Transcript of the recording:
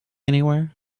anywhere